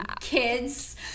kids